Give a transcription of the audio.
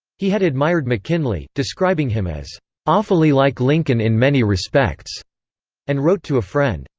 he had admired mckinley, describing him as awfully like lincoln in many respects and wrote to a friend,